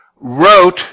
wrote